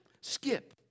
Skip